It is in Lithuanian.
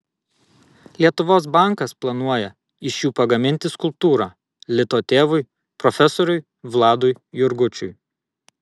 lietuvos bankas planuoja iš jų pagaminti skulptūrą lito tėvui profesoriui vladui jurgučiui